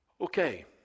Okay